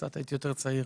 הייתי אז יותר צעיר,